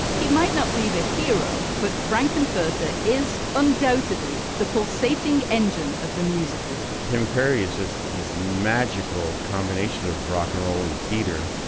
he might not be the hero but frankfurter is undoubtedly the pulsating engine of the musical team kerry is just this magical combination of rock and roll and theater